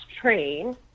train